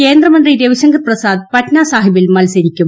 കേന്ദ്രമന്ത്രി രവിശങ്കർ പ്രസാദ് പറ്റ്നാസാഹിബിൽ മത്സരിക്കും